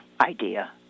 idea